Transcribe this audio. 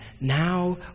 Now